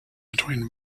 between